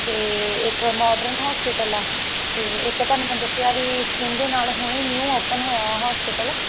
ਤੇ ਇੱਕ modern hospital ਆ ਤੇ ਇੱਕ ਤੁਹਾਨੂੰ ਮੈਂ ਦੱਸਿਆ ਵੀ ਸਕਿਨ ਨਾਲ ਹੁਣੇ ਨਿਊ ਓਪਨ ਹੋਇਆ ਹੋਸਪਿਟਲ